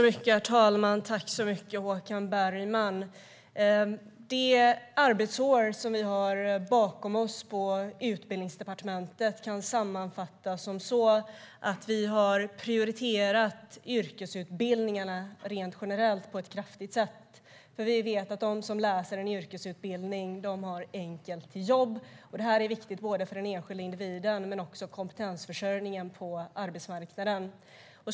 Herr talman! Jag tackar Håkan Bergman. Det arbetsår vi har bakom oss på Utbildningsdepartementet kan sammanfattas som så att vi kraftigt har prioriterat yrkesutbildningarna rent generellt, för vi vet att de som läser en yrkesutbildning enkelt får jobb. Det är viktigt både för den enskilda individen och för kompetensförsörjningen på arbetsmarknaden.